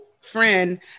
friend